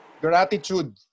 gratitude